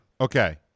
Okay